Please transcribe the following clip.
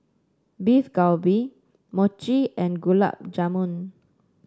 Beef Galbi Mochi and Gulab Jamun